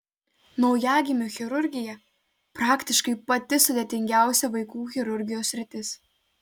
naujagimių chirurgija praktiškai pati sudėtingiausia vaikų chirurgijos sritis